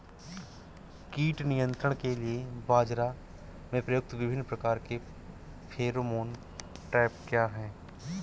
कीट नियंत्रण के लिए बाजरा में प्रयुक्त विभिन्न प्रकार के फेरोमोन ट्रैप क्या है?